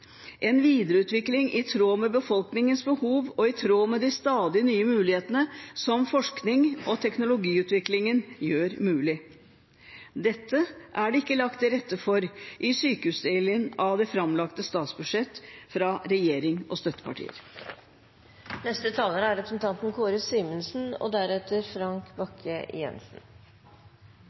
en videreutvikling i tråd med befolkningens behov og i tråd med de stadig nye mulighetene som forskning og teknologiutviklingen gjør mulig. Dette er det ikke lagt til rette for i sykehusdelen av det framlagte statsbudsjett fra regjering og